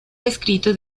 descrito